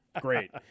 great